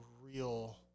real